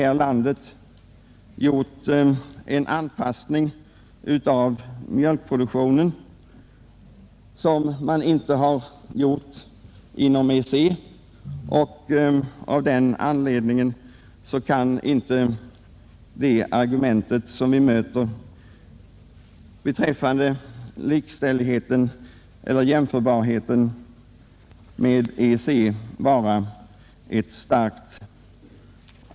Beträffande EEC-anpassningen vill jag kort anföra, att rimligen kan inte kostnadsläget lämnas helt utanför de faktorer som tillåtes påverka prisnivån.